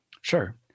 Sure